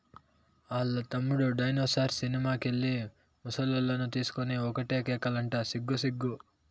ఆల్ల తమ్ముడు dinosaur cinema కెళ్ళి ముసలనుకొని ఒకటే కేకలంట సిగ్గు సిగ్గు